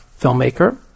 filmmaker